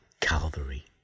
Calvary